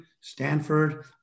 Stanford